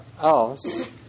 else